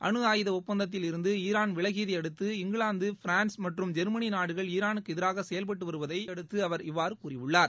அனு ஆயுத ஒப்பந்தத்தில் இருந்து ஈரான் விலகியதை அடுத்து இங்கிவாந்து பிரான்ஸ் மற்றும் ஜெர்மனி நாடுகள் ஈரானுக்கு எதிராக செயல்பட்டு வருவதை அடுத்து அவர் இவ்வாறு கூறியுள்ளார்